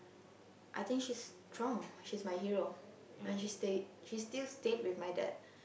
I think she's strong she's my hero and she stay she still stayed with my dad